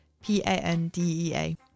P-A-N-D-E-A